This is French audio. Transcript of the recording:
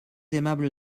aimable